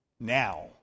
now